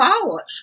power